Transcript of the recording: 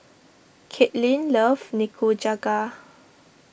Kathyrn loves Nikujaga